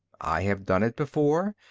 i have done it before,